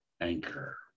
anchor